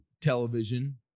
television